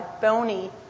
bony